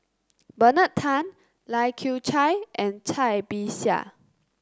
Bernard Tan Lai Kew Chai and Cai Bixia